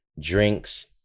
drinks